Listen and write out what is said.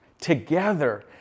together